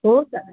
हो चालेल